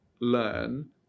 learn